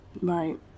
right